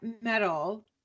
metal